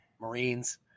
Marines